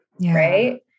Right